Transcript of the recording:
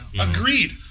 Agreed